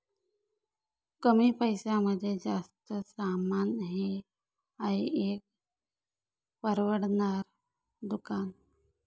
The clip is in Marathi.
कमी पैशांमध्ये जास्त सामान हे आहे एक परवडणार दुकान